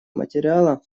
материала